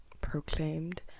proclaimed